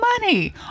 money